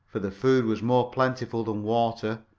for the food was more plentiful than water,